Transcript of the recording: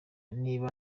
niba